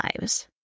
lives